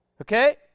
okay